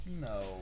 no